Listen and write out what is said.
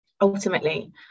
ultimately